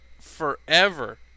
forever